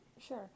Sure